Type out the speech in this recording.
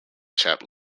chapped